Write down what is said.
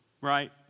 right